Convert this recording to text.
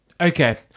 Okay